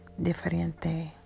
diferente